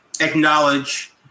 acknowledge